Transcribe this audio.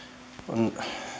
on